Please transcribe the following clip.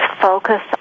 focus